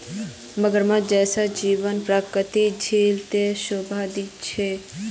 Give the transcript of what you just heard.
मगरमच्छ जैसा जीव प्राकृतिक झील त शोभा दी छेक